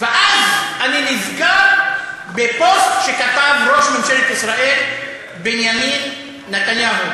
ואז אני נזכר בפוסט שכתב ראש ממשלת ישראל בנימין נתניהו,